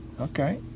Okay